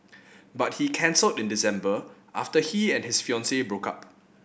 but he cancelled in December after he and his fiancee broke up